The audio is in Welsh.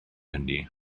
hynny